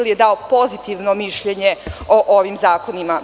Brisel je dao pozitivno mišljenje o ovim zakonima.